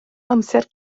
amser